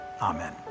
Amen